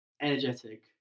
energetic